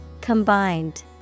Combined